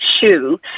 shoe